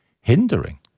hindering